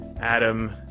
Adam